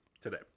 Today